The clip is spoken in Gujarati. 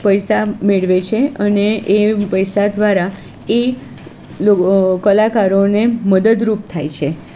પૈસા મેળવે છે અને એ પૈસા દ્વારા એ કલાકારોને મદદરૂપ થાય છે